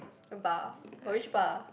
bar which bar